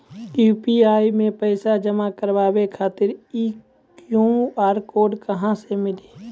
UPI मे पैसा जमा कारवावे खातिर ई क्यू.आर कोड कहां से मिली?